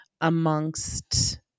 amongst